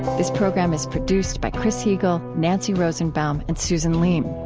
this program is produced by chris heagle, nancy rosenbaum, and susan leem.